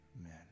Amen